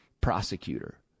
prosecutor